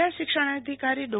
જિલ્લા શિક્ષણાધિકારી ડો